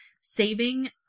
saving